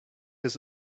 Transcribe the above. his